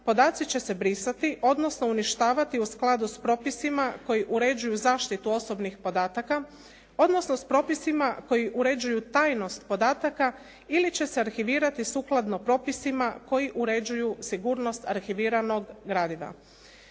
podaci će se brisati, odnosno uništavati u skladu s propisima koji uređuju zaštitu osobnih podataka, odnosno s propisima koji uređuju tajnost podatka ili će se arhivirati sukladno propisima koji uređuju sigurnost arhiviranog gradiva.